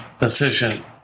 efficient